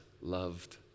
loved